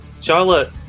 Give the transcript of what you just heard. Charlotte